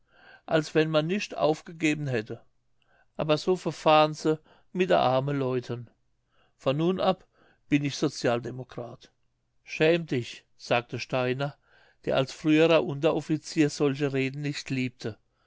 als wenn man nischt aufgegeben hätte aber so verfahren se mit a armen leuten von heute ab bin ich sozialdemokrat schäm dich sagte steiner der als früherer unteroffizier solche reden nicht liebte